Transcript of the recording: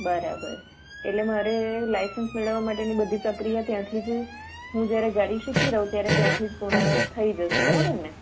બરાબર એટલે મારે લાઇસન્સ મેળવવા માટેની બધી પ્રક્રિયા ત્યાંથી જ હું જ્યારે ગાડી શીખી રહું ત્યારે ત્યાંથી જ પૂર્ણ થઈ જશે બરાબર ને